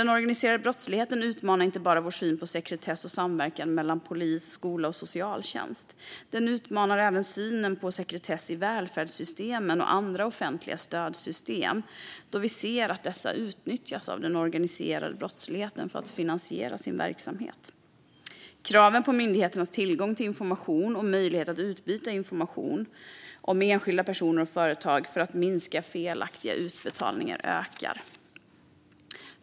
Den organiserade brottsligheten utmanar inte bara vår syn på sekretess och samverkan mellan polis, skola och socialtjänst. Den utmanar även synen på sekretess i välfärdssystemen och andra offentliga stödsystem, då vi ser att dessa utnyttjas av den organiserade brottsligheten för att finansiera dess verksamhet. Kraven på myndigheters tillgång till information och möjlighet att utbyta information om enskilda personer och företag för att minska felaktiga utbetalningar ökar.